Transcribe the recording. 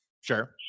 sure